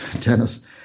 Dennis